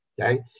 Okay